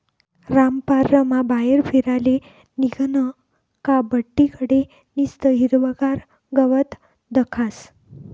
रामपाररमा बाहेर फिराले निंघनं का बठ्ठी कडे निस्तं हिरवंगार गवत दखास